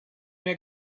mehr